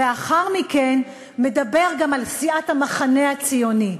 ולאחר מכן מדבר גם על סיעת המחנה הציוני.